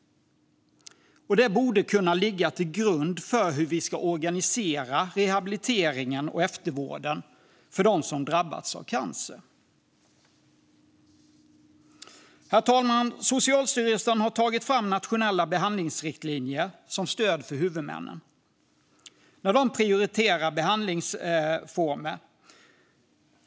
Det borde kunna ligga till grund för hur vi ska organisera rehabilitering och eftervård för dem som drabbats av cancer. Herr talman! Socialstyrelsen har tagit fram nationella behandlingsriktlinjer som stöd för huvudmännen när de prioriterar behandlingsformer.